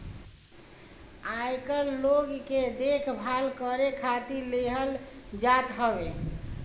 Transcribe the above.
आयकर लोग के देखभाल करे खातिर लेहल जात हवे